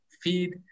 feed